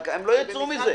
הם לא ייצאו מזה.